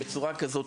בצורה כזאת,